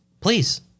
Please